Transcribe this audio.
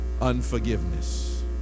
Unforgiveness